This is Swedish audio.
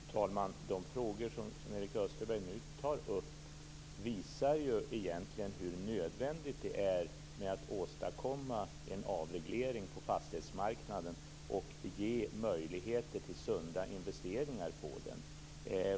Fru talman! De frågor som Sven-Erik Österberg nu tar upp visar egentligen hur nödvändigt det är att åstadkomma en avreglering på fastighetsmarknaden och ge möjligheter till sunda investeringar på den.